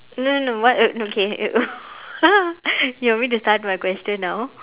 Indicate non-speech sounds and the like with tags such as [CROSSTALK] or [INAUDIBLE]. no no no what no okay [LAUGHS] you want me to start my question now